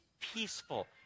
peaceful